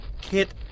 Kit